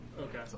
Okay